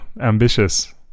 ambitious